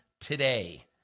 today